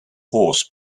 horse